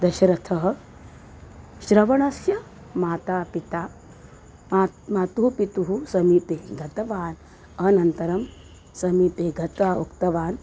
दशरथः श्रवणस्य माता पिता मात् मातुः पितुः समीपे गतवान् अनन्तरं समीपे गत्वा उक्तवान्